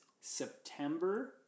September